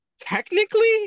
Technically